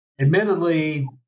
Admittedly